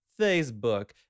facebook